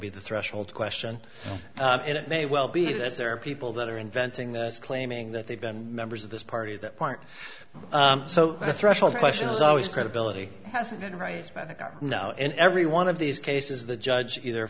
be the threshold question and it may well be that there are people that are inventing this claiming that they've been members of this party at that point so the threshold question is always credibility hasn't been right now in every one of these cases the judge either